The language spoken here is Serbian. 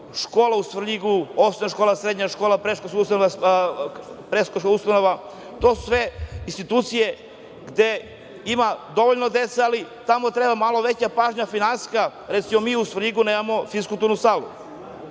škola u Svrljigu osnovna škola, srednja škola, predškolska ustanova, to su sve institucije gde ima dovoljno dece, ali tamo treba malo veća finansijska pažnja. Recimo, mi u Svrljigu nemamo fiskulturnu salu,